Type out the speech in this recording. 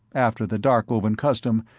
after the darkovan custom,